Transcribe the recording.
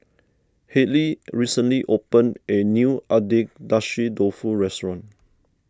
Hadley recently opened a new Agedashi Dofu restaurant